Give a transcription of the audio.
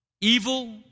Evil